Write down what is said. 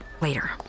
later